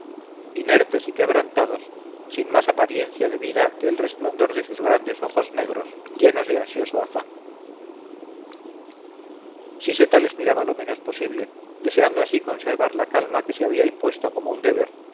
inertes y quebrantados sin más apariencia de vida que el resplandor de sus grandes ojos negros llenos de ansioso afán siseta les miraba lo menos posible deseando así conservar la calma que se había impuesto como un deber